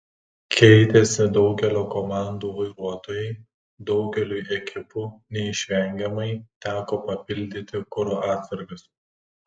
keitėsi daugelio komandų vairuotojai daugeliui ekipų neišvengiamai teko papildyti kuro atsargas